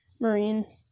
Marine